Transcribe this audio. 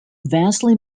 vastly